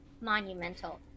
monumental